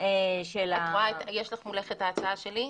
של ה --- יש לך מולך את ההצעה שלי?